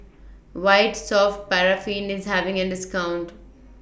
White Soft Paraffin IS having A discount